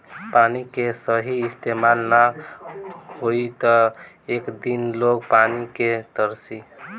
पानी के सही इस्तमाल ना होई त एक दिन लोग पानी के तरसी